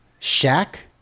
Shaq